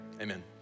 amen